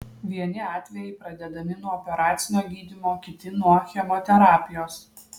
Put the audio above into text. vieni atvejai pradedami nuo operacinio gydymo kiti nuo chemoterapijos